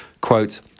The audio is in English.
Quote